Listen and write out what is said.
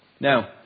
Now